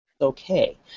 okay